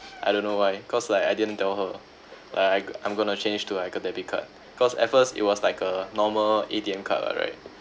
I don't know why cause like I didn't tell her like I I'm gonna change to like a debit card cause at first it was like a normal A_T_M card [what] right